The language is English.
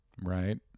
right